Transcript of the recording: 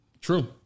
true